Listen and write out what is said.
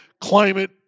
climate